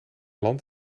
land